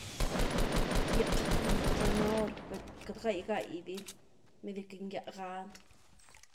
btya cun zanaory, per cat gai gai diny, medio que ngya gany.